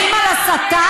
מדברים על הסתה?